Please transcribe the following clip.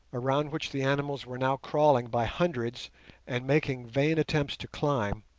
around which the animals were now crawling by hundreds and making vain attempts to climb,